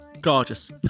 Gorgeous